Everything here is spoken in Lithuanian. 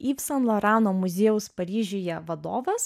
yv sen lorano muziejaus paryžiuje vadovas